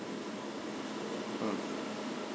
mm